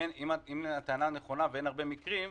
אם הטענה נכונה ואין הרבה מקרים,